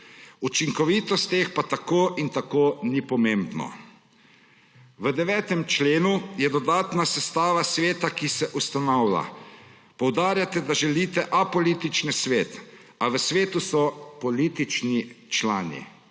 Učinkovitost teh pa tako in tako ni pomembno. V 9. členu je dodatna sestava sveta, ki se ustanavlja. Poudarjate, da želite apolitični svet, a v svetu so politični člani.